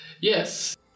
Yes